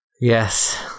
Yes